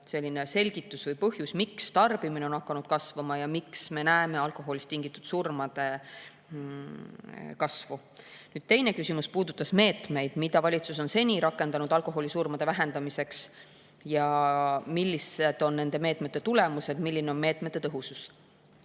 on üks selgitus või põhjus, miks tarbimine on hakanud kasvama ja miks me näeme alkoholist tingitud surmade [arvu] kasvu. Teine küsimus puudutab meetmeid, mida valitsus on seni rakendanud alkoholisurmade vähendamiseks. Millised on nende meetmete tulemused, milline on meetmete tõhusus?